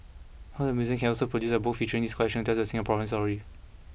I hope the museum can also produce a book featuring this collection to tell the Singapore story